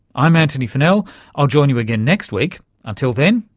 i'm antony funnell, i'll join you again next week. until then,